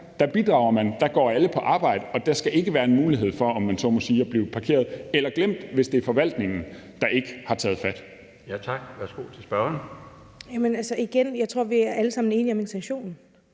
bidrager man; der går alle på arbejde. Der skal ikke være en mulighed for, om man så må sige, at blive parkeret eller glemt, hvis det er forvaltningen, der ikke har taget fat